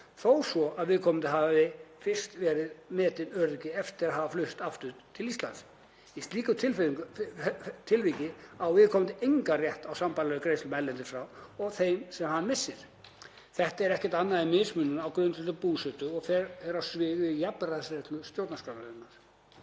þó svo að viðkomandi hafi fyrst verið metinn öryrki eftir að hafa flust aftur til Íslands. Í slíku tilviki á viðkomandi engan rétt á sambærilegum greiðslum erlendis frá og þeim sem hann missir. Þetta er ekkert annað en mismunun á grundvelli búsetu og fer á svig við jafnræðisreglu stjórnarskrárinnar.